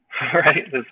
right